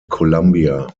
columbia